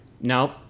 nope